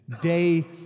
day